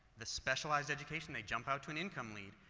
the specialized education, they jump out to an income lead,